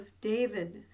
David